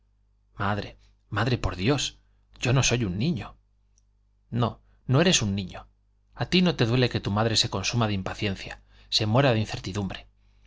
madre madre por dios yo no soy un niño no no eres un niño a ti no te duele que tu madre se consuma de impaciencia se muera de incertidumbre